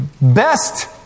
best